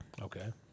okay